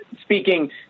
speaking